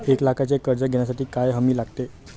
एक लाखाचे कर्ज घेण्यासाठी काय हमी लागते?